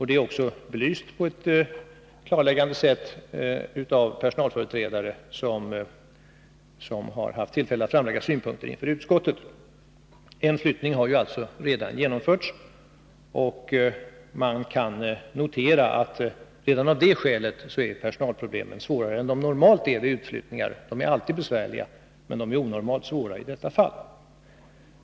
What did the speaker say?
Det är också belyst på ett klarläggande sätt av personalföreträdare som har haft tillfälle att framlägga synpunkter inför utskottet. En första flyttning har alltså redan genomförts, och man kan notera att redan av det skälet är personalproblemen svårare än de normalt brukar vara vid utflyttningar. De är alltid besvärliga, men de är onormalt svåra i detta fall.